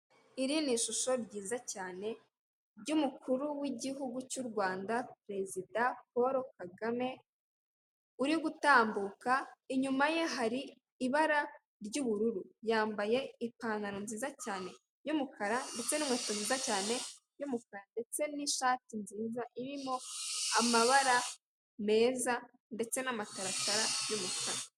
Iri ni ishusho ryiza cyane ry'umukuru w'igihugu cy'u Rwanda perezida Polo Kagame, uri gutambuka inyuma ye hari ibara ry'ubururu, yambaye ipantaro nziza cyane y'umukara ndetse n'ihkweto nziza cyane y'umukara, ndetse n'ishati nziza irimo amabara meza ndetse n'amataratara y'umukara.